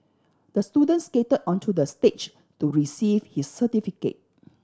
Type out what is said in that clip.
the student skated onto the stage to receive his certificate